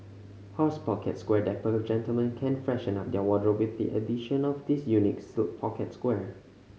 horse pocket square Dapper gentlemen can freshen up their wardrobe with the addition of this unique silk pocket square